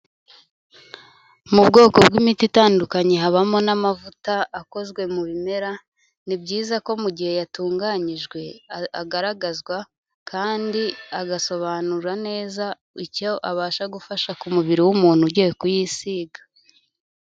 Mu bwoko bw'imiti itandukanye habamo n'amavuta akozwe mu bimera, ni byiza ko mu gihe yatunganyijwe, agaragazwa kandi agasobanura neza icyo abasha gufasha ku mubiri w'umuntu ugiye kuyisiga.